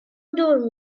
دور